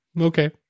okay